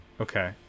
okay